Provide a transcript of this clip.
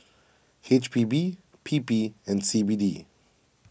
H P B P P and C B D